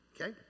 okay